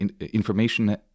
information